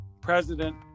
president